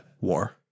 war